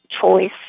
choice